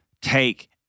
take